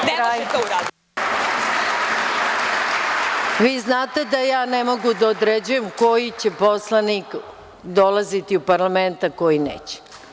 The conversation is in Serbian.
Poslanice, vi znate da ja ne mogu da određujem koji će poslanik dolaziti u parlament, a koji neće.